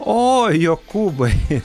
o jokūbai